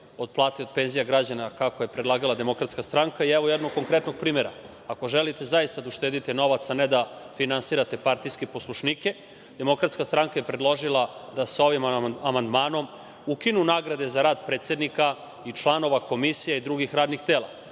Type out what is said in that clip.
od plata i penzija građana, kako je predlagala DS i evo jednog konkretnog primera. Ako želite, zaista, da uštedite novac, a ne da finansirate partijske poslušnike, DS je predložila da se ovim amandmanom ukinu nagrade za rad predsednika i članova komisije i drugih radnih tela,